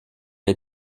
les